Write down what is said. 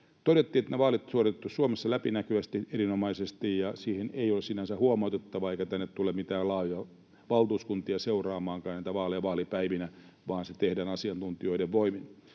Todettiin, että ne vaalit on suoritettu Suomessa läpinäkyvästi, erinomaisesti, ja siihen ei ole sinänsä huomautettavaa, eikä tänne tule mitään laajoja valtuuskuntia seuraamaankaan näitä vaaleja vaalipäivinä, vaan se tehdään asiantuntijoiden voimin.